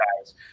guys